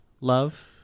Love